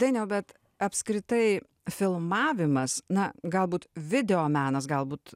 dainiau bet apskritai filmavimas na galbūt videomenas galbūt